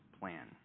plan